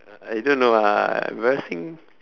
I I don't know ah embarrassing